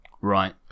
Right